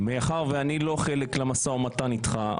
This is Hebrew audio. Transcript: מאחר ואני לא חלק במשא ומתן אתך,